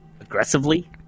aggressively